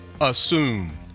Assume